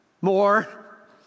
More